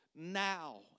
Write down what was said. Now